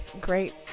great